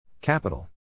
Capital